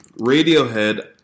Radiohead